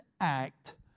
act